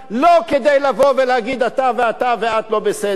לא כדי לבוא ולהגיד אתה ואתה ואת לא בסדר.